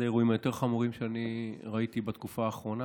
האירועים היותר-חמורים שאני ראיתי בתקופה אחרונה.